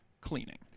cleaning